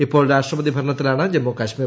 ഇപ്പോൾ രാഷ്ട്രപതി ഭരണത്തിലാണ് ജമ്മുകാശ്മീർ